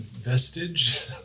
Vestige